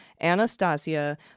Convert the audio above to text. Anastasia